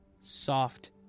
soft